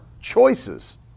choices